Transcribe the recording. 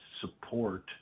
support